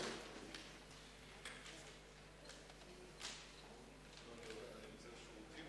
אדוני היושב-ראש,